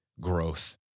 growth